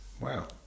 Wow